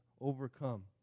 overcome